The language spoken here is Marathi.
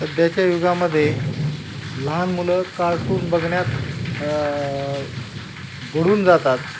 सध्याच्या युगामध्ये लहान मुलं कार्टून बघण्यात गढून जातात